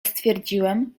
stwierdziłem